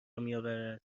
میآورد